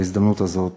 בהזדמנות הזאת.